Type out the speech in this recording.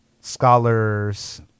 scholars